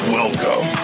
welcome